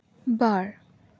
ᱵᱟᱨ